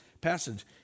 passage